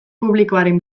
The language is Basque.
publikoaren